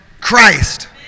Christ